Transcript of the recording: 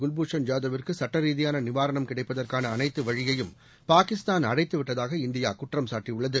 குவ்பூஷன் ஜாதவிற்கு சட்ட ரீதியான் நிவாரணம் கிடைப்பதற்கான அனைத்து வழியையும் பாகிஸ்தான் அடைத்து விட்டதாக இந்தியா குற்றம் சாட்டியுள்ளது